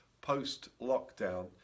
post-lockdown